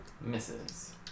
Misses